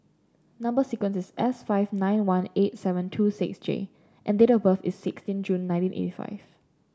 number sequence is S five nine one eight seven two six J and date of birth is sixteen June nineteen eighty five